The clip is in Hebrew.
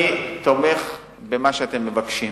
אני תומך במה שאתם מבקשים.